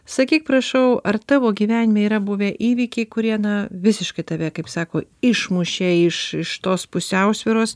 sakyk prašau ar tavo gyvenime yra buvę įvykiai kurie visiškai tave kaip sako išmušė iš iš tos pusiausvyros